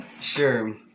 Sure